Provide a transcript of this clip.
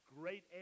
great